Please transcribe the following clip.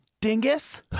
Dingus